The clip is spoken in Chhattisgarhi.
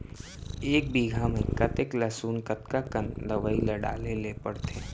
एक बीघा में कतेक लहसुन कतका कन दवई ल डाले ल पड़थे?